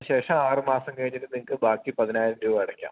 ശേഷം ആറ് മാസം കഴിഞ്ഞിട്ട് നിങ്ങൾക്ക് ബാക്കി പതിനായിരം രൂപ അടക്കാം